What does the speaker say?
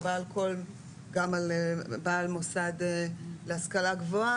גם על בעל מוסד להשכלה גבוהה,